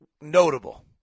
notable